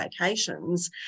vacations